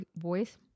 voice